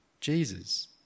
Jesus